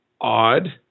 odd